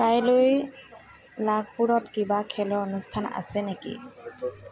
কাইলৈ নাগপুৰত কিবা খেলৰ অনুষ্ঠান আছে নেকি